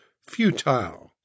futile